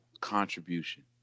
contribution